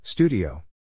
Studio